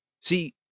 See